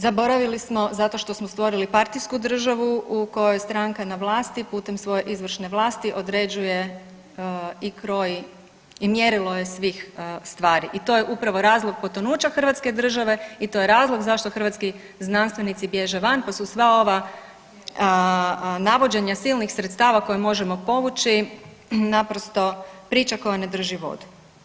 Zaboravili smo zato što smo stvorili partijsku državu u kojoj stranka na vlasti putem svoje izvršne vlasti određuje i kroji i mjerilo je svih stvari i to je upravo razlog potonuća hrvatske države i to je razlog zašto hrvatski znanstvenici bježe van pa su sva ova navođenja silnih sredstava koja možemo povući naprosto priča koja ne drži vodu.